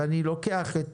ואני לוקח את